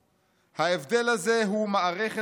ההבדל הזה הוא מערכת משפט